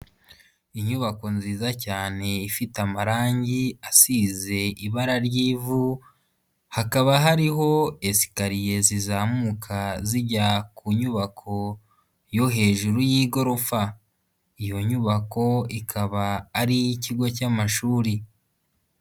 Inyubako nziza cyane ifite amarangi asize ibara ry'ivu, hakaba hariho esikariye zizamuka zijya ku nyubako yo hejuru y'igorofa, iyo nyubako ikaba ari iy'ikigo cy'amashuri.